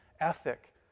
ethic